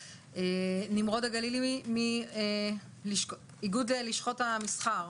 בבקשה, איגוד לשכות המסחר.